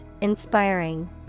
Inspiring